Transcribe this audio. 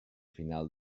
final